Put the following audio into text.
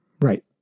Right